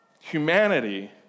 Humanity